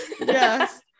yes